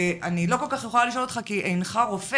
ואני לא כל כך יכולה לשאול אותך כי אינך רופא.